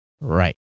Right